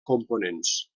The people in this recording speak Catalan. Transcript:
components